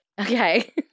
Okay